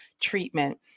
treatment